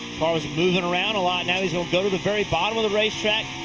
moving around a lot. now he'll go to the very bottom of the racetrack,